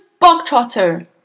Bogtrotter